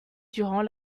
durant